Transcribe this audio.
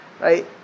right